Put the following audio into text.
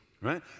right